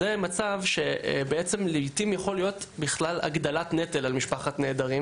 זה מצב שלעתים יכול להיות הגדלת נטל על משפחת נעדרים